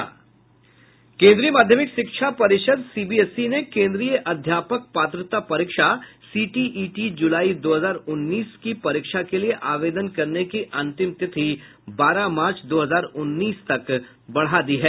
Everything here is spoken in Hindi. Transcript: केंद्रीय माध्यमिक शिक्षा परिषद सीबीएसई ने केंद्रीय अध्यापक पात्रता परीक्षा सीटीईटी जुलाई दो हजार उन्नीस के परीक्षा के लिए आवेदन करने की अंतिम तिथि बारह मार्च दो हजार उन्नीस तक बढ़ा दी है